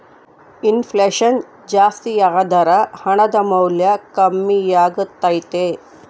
ಇನ್ ಫ್ಲೆಷನ್ ಜಾಸ್ತಿಯಾದರ ಹಣದ ಮೌಲ್ಯ ಕಮ್ಮಿಯಾಗತೈತೆ